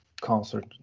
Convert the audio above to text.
concert